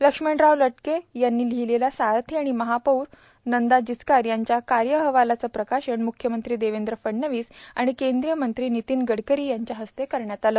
लक्ष्मणराव लटके यांनी लिहिलेल्या सारथी आणि महापौर नंदा जिचकार यांच्या कार्यअहवालाचे प्रकाशन मुख्यमंत्री देवेंद्र फडणवीस व केंद्रीय मंत्री नितीन गडकरी यांच्या हस्ते करण्यात आले